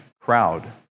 crowd